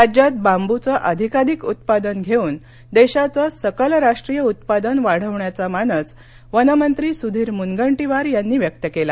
राज्यात बांबूचे अधिकाधिक उत्पादन घेऊन देशाचं सकल राष्ट्रीय उत्पादन वाढविण्याचा मानस वनमंत्री सुधीर मुनंगटीवार यांनी व्यक्त केला